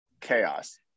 chaos